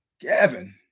Gavin